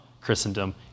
Christendom